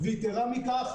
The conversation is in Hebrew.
ויתירה מכך,